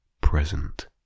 present